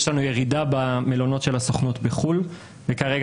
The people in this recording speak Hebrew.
יש לנו ירידה במלונות של הסוכנות בחו"ל וכרגע